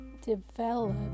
develop